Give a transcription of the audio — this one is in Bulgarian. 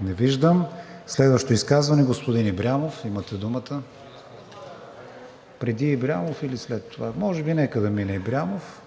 Не виждам. Следващото изказване – господин Ибрямов, имате думата. Преди господин Ибрямов или след това? Може би нека да мине господин Ибрямов?